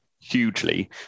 hugely